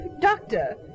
Doctor